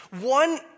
One